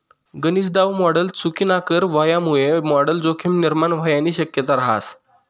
गनज दाव मॉडल चुकीनाकर व्हवामुये मॉडल जोखीम निर्माण व्हवानी शक्यता रहास